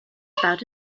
about